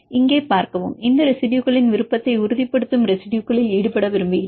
இங்கே பார்க்கவும் இந்த ரெசிடுயுகளின் விருப்பத்தை உறுதிப்படுத்தும் ரெசிடுயுகளில் ஈடுபட விரும்புகிறீர்கள்